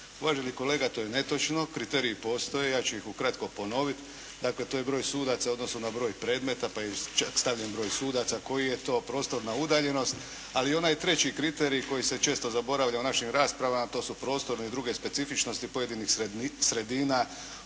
Uvaženi kolega to je netočno. Kriteriji postoje, ja ću ih ukratko ponoviti. Dakle to je broj sudaca u odnosu na broj predmeta pa je čak stavljen broj sudaca koji je to prostorna udaljenost. Ali onaj treći kriterij koji se često zaboravlja u našim raspravama, to su prostorne i druge specifičnosti pojedinih sredina